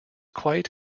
quite